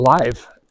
alive